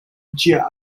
ĝia